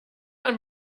man